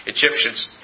Egyptians